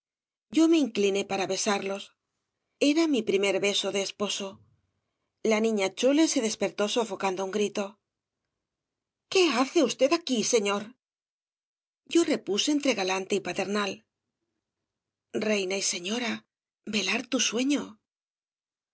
yo me incliné para besarlos era mi primer beso de esposo la niña chole se despertó sofocando un grito qué hace usted aquí señor yo repuse entre galante y paternal reina y señora velar tu sueño